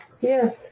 Yes